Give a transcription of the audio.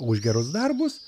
už gerus darbus